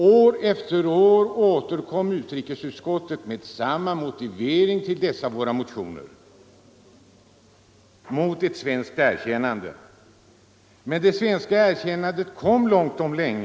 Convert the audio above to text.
År efter — ur Korea år återkom utrikesutskottet med samma motivering mot ett svenskt erkännande som svar på våra motioner. Men det svenska erkännandet kom långt om länge.